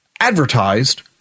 advertised